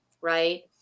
right